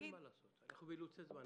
אין מה לעשות, אנחנו באילוצי זמן.